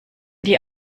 die